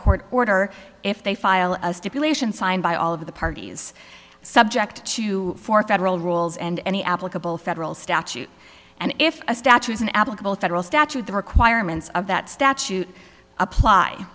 court order if they filed a stipulation signed by all of the parties subject to four federal rules and any applicable federal statute and if a statue isn't applicable federal statute the requirements of that statute apply